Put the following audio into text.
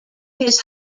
his